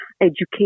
education